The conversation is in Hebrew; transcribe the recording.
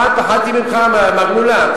פעם פחדתי ממך, מר מולה?